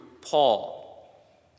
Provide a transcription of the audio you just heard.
Paul